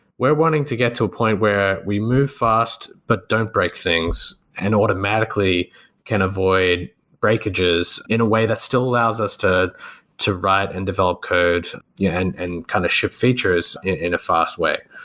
we're wanting to get to a point where we move fast but don't break things and automatically can avoid breakages in a way that still allows us to to write and develop code yeah and and kind of ship features in a fast way.